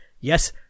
yes